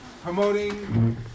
promoting